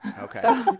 okay